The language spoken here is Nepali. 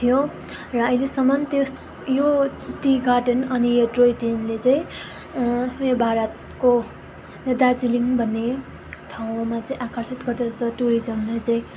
थियो र अहिलेसम्म त्यो यो टी गार्डन अनि यो टोय ट्रेनले चाहिँ यो भारतको दार्जिलिङ भन्ने ठाउँमा चाहिँ आकर्षित गर्दछ टुरिस्टहरूलाई चाहिँ